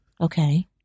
Okay